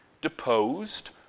deposed